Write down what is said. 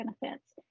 benefits